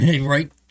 Right